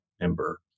member